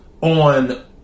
on